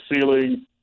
ceiling